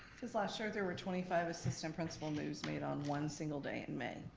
cause last year there were twenty five assistant principal moves made on one single day in may.